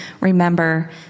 remember